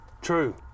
true